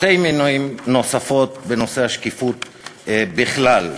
שתי מילים נוספות, בנושא השקיפות בכלל.